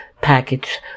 package